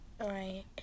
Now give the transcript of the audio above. Right